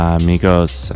amigos